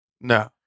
No